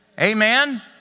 Amen